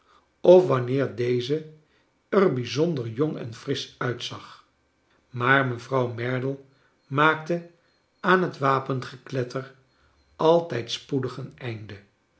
of wanneer deze er bijzonder jong en frisch uitzag maar mevrouw merdle maakte aan het wapengekletter altijd spoedig een einde